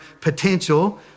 potential